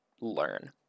learn